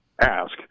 ask